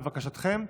לבקשתכם.